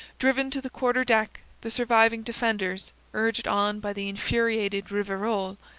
driven to the quarter-deck, the surviving defenders, urged on by the infuriated rivarol,